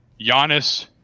Giannis